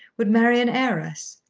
would marry an heiress.